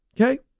okay